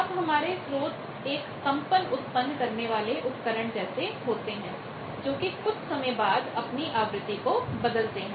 अब हमारे स्रोत एक कंपन उत्पन्न करने वाले उपकरण जैसे होते हैं जो कि कुछ समय बाद अपनी आवृत्ति को बदलते हैं